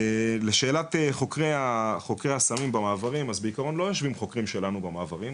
לשאלת חוקרי הסמים במעברים: אז בעיקרון לא יושבים חוקרים שלנו במעברים.